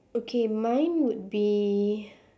okay mine would be